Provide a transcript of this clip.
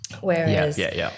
Whereas